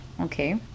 okay